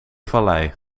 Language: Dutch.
vallei